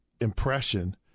impression